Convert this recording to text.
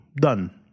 done